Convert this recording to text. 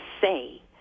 say